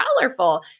colorful